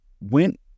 went